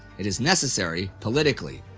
it is necessary politically.